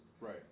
Right